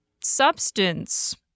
substance